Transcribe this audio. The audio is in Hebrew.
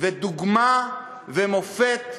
ודוגמה ומופת לעולם.